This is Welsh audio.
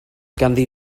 ganddi